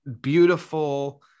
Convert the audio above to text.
beautiful